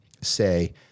say